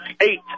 eight